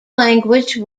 language